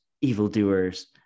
evildoers